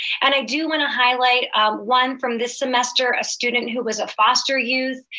and i do wanna highlight one from this semester, a student who was a foster youth.